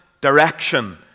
direction